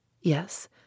Yes